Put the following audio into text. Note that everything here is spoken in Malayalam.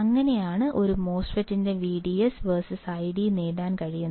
അങ്ങനെയാണ് ഒരു മോസ്ഫെറ്റിന്റെ VDS VS ID നേടാൻ കഴിയുന്നത്